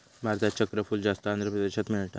भारतात चक्रफूल जास्त आंध्र प्रदेशात मिळता